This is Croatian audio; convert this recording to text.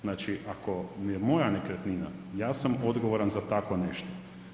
Znači, ako je moja nekretnina ja sam odgovoran za tako nešto.